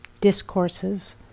discourses